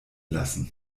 lassen